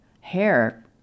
hair